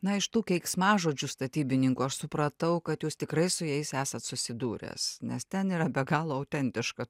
na iš tų keiksmažodžių statybininkų aš supratau kad jūs tikrai su jais esat susidūręs nes ten yra be galo autentiška